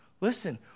Listen